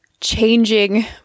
changing